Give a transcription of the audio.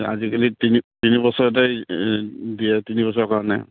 আজিকালি তিনি তিনি বছৰতে দিয়ে তিনি বছৰৰ কাৰণে